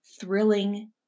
thrilling